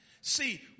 See